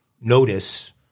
notice